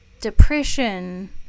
depression